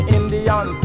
Indian